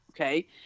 okay